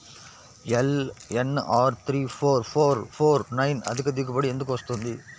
LNR three four four four nine అధిక దిగుబడి ఎందుకు వస్తుంది?